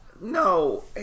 no